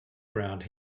around